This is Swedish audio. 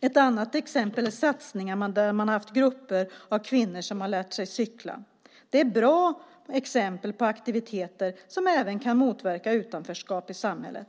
Ett annat exempel är satsningar där man har haft grupper av kvinnor som har lärt sig cykla. Det är bra exempel på aktiviteter som även kan motverka utanförskap i samhället.